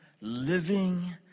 living